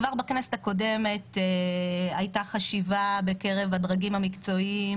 כבר בכנסת הקודמת הייתה חשיבה בקרב הדרגים המקצועיים